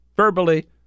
verbally